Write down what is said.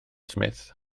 smith